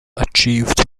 achieved